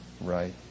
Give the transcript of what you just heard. right